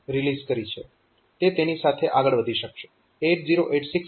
તે તેની સાથે આગળ વધી શકશે